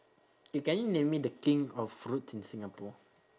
you can you name me the king of fruits in singapore